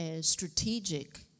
strategic